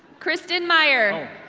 kristin meyer.